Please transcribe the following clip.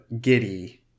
giddy